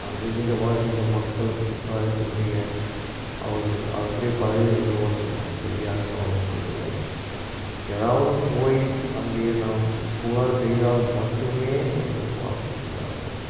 அங்கே இங்கே வாழ்கின்ற மக்களுக்கு காரைக்குன்றிய அவர்கள் அதற்குரிய பதவியில் உள்ளவர்களும் அது சரியாக கவனிப்பது இல்லை ஏதாவது போய் அங்கே நாம் புகார் செய்தால் மட்டுமே வந்து பார்க்கின்றார்கள்